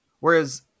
Whereas